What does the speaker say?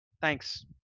thanks